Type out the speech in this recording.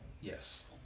Yes